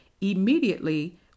Immediately